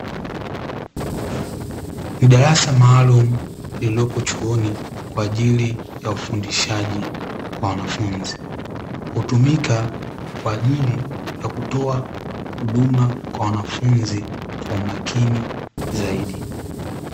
Ni darasa maalumu, lililopo chuoni kwa ajili ya ufundishaji wa wanafunzi, hutumika kwa ajili ya kutoa huduma kwa wanafunzi, kwa umakini zaidi.